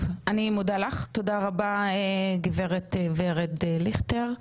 טוב, אני מודה לך, תודה רבה גברת ורד ליכטר.